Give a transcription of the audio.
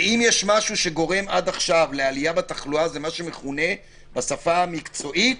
אם יש משהו שגורם עד עכשיו לעלייה בתחלואה זה מה שמכונה בשפה המקצועית,